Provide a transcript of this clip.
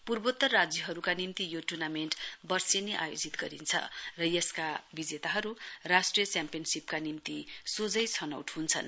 पूर्वोत्तर राज्यहरूका निम्ति यो ट्र्नामेण्ट वर्षेनी आयोजित गरिन्छ र यसका बिजेताहरू राष्ट्रिय च्याम्पियनशीपका निम्ति सोझौ छनौट हुन्छन्